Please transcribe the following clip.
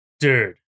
Dude